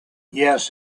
yes